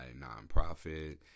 nonprofit